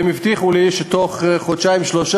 והם הבטיחו לי שבתוך חודשיים-שלושה